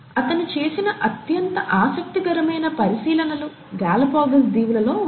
అతను చేసిన అత్యంత ఆసక్తికరమైన పరిశీలనలు గాలాపాగోస్ దీవులలో ఉన్నాయి